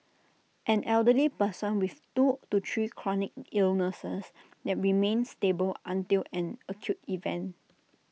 an elderly person with two to three chronic illnesses that remain stable until an acute event